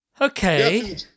Okay